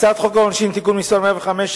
הצעת חוק העונשין (תיקון מס' 105),